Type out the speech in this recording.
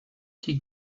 die